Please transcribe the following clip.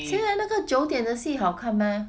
现在那个九点的戏好看吗